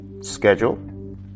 Schedule